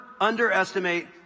underestimate